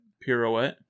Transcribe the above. Pirouette